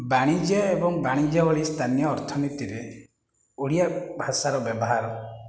ବାଣିଜ୍ୟ ଏବଂ ବାଣିଜ୍ୟ ଭଳି ସ୍ଥାନୀୟ ଅର୍ଥନୀତିରେ ଓଡ଼ିଆ ଭାଷାର ବ୍ୟବହାର